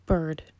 Bird